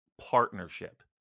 partnership